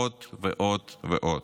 עוד ועוד ועוד.